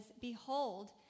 Behold